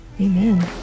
Amen